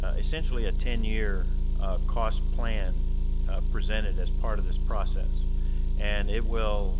ah essentially, a ten year cost plan presented as part of this process and it will